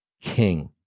King